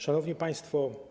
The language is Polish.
Szanowni Państwo!